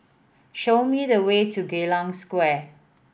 show me the way to Geylang Square